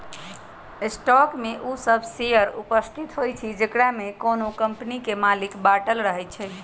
stock में उ सभ शेयर उपस्थित होइ छइ जेकरामे कोनो कम्पनी के मालिक बाटल रहै छइ